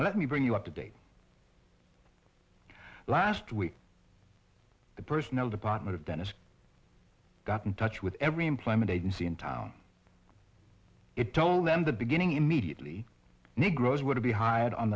and let me bring you up to date last week the personnel department a dentist got in touch with every employment agency in town it told them the beginning immediately negroes were to be hired on